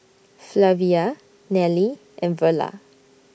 Flavia Nelly and Verla